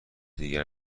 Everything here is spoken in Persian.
دیگر